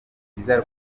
nziza